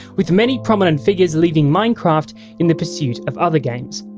with many prominent figures leaving minecraft in the pursuit of other games.